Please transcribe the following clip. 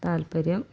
താൽപ്പര്യം